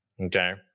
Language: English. Okay